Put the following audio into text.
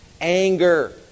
Anger